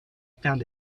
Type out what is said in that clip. found